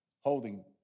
holding